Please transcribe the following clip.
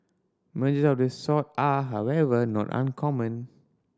merger of this sort are however not uncommon